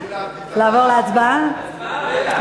אנו עוברים להצבעה על סעיף תקציבי 24,